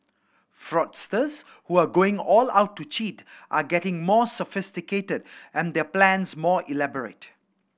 fraudsters who are going all out to cheat are getting more sophisticated and their plans more elaborate